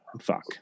fuck